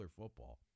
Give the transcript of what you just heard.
football